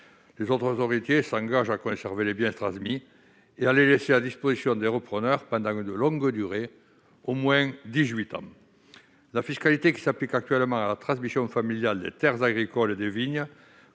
les autres héritiers s'engagent à conserver les biens transmis en les laissant à la disposition des repreneurs pendant une longue durée, soit dix-huit ans au moins. La fiscalité qui s'applique actuellement à la transmission familiale des terres agricoles et des vignes